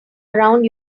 around